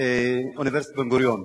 באוניברסיטת בן-גוריון.